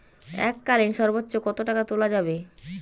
এককালীন সর্বোচ্চ কত টাকা তোলা যাবে?